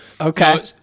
okay